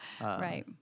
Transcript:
Right